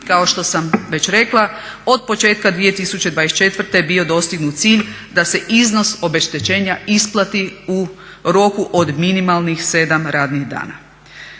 kao što sam već rekla od početka 2024. bio dostignut cilj da se iznos obeštećenja isplati u roku od minimalnih 7 radnih dana.